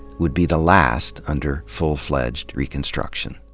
would be the last under full-fledged reconstruction.